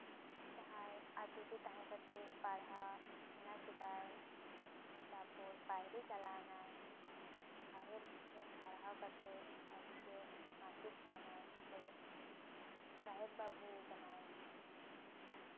ᱡᱟᱦᱟᱸᱭ ᱟᱛᱳ ᱨᱮ ᱛᱟᱦᱮᱸ ᱠᱟᱛᱮᱜ ᱯᱟᱲᱦᱟᱜ ᱥᱮᱬᱟ ᱠᱮᱫᱟᱭ ᱛᱟᱨᱯᱚᱨ ᱵᱟᱭᱨᱮ ᱪᱟᱞᱟᱣ ᱱᱟᱭ ᱵᱟᱦᱮᱨ ᱥᱮᱜ ᱯᱟᱲᱦᱟᱣ ᱠᱟᱛᱮᱜ ᱟᱹᱰᱤ ᱜᱮ ᱢᱟᱪᱮᱫ ᱠᱟᱱᱟᱭ ᱥᱮ ᱥᱟᱦᱮᱵᱽ ᱵᱟᱹᱵᱩ ᱠᱟᱱᱟᱭ